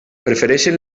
prefereixen